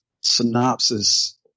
synopsis